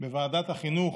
בוועדת החינוך,